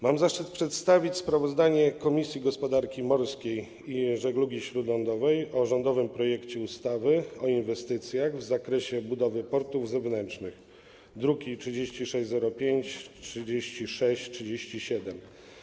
Mam zaszczyt przedstawić sprawozdanie Komisji Gospodarki Morskiej i Żeglugi Śródlądowej o rządowym projekcie ustawy o inwestycjach w zakresie budowy portów zewnętrznych, druki nr 3605 i 3637.